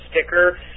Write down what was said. sticker